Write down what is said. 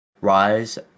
Rise